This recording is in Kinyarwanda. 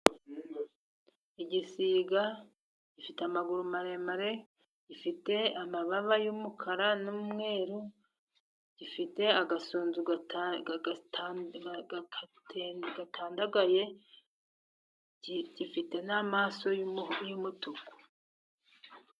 Igisiga gifite amaguru maremare, gifite amababa y'umukara n'umweru ,gifite agasuzu gatandagaye, gifite n'amaso y'umutuku.